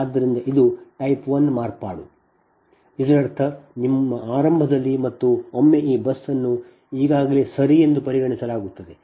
ಆದ್ದರಿಂದ ಇದು type one ಮಾರ್ಪಾಡು ಇದರರ್ಥ ನಿಮ್ಮ ಆರಂಭದಲ್ಲಿ ಮತ್ತು ಒಮ್ಮೆ ಈ ಬಸ್ 1 ಅನ್ನು ಈಗಾಗಲೇ ಸರಿ ಎಂದು ಪರಿಗಣಿಸಲಾಗುತ್ತದೆ